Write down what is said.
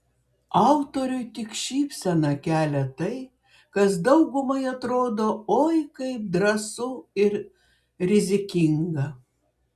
autoriui tik šypseną kelia tai kas daugumai atrodo oi kaip drąsu ir rizikinga